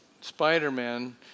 Spider-Man